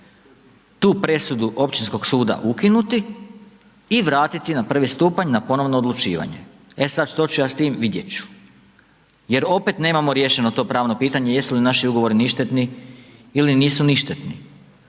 tu presudu Općinskog suda ukinuti i vratiti na prvi stupanj na ponovno odlučivanje. E sad, što ću ja s tim, vidjet ću jer opet nemamo riješeno to pravno pitanje jer su li naši ugovori ništetni ili nisu ništetni.